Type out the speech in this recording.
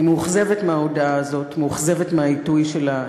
אני מאוכזבת מההודעה הזאת, מאוכזבת מהעיתוי שלה.